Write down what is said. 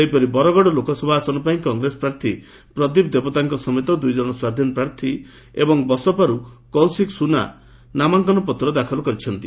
ସେହିପରି ବରଗଡ ଲୋକସଭା ଆସନ ପାଇଁ କଂଗ୍ରେସ ପ୍ରାର୍ଥୀ ପ୍ରଦୀପ ଦେବତାଙ୍କ ସମେତ ଦୁଇଜଣ ସ୍ୱାଧୀନ ପ୍ରାର୍ଥୀ ଏବଂ ବସପାର୍ କୌଶିକ ସୁନା ନାମାଙ୍କନପତ୍ର ଦାଖଲ କରିଛନ୍ତି